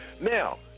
now